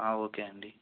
okay అండి